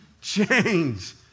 change